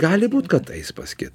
gali būt kad eis pas kitą